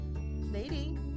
lady